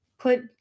Put